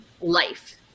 life